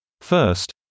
first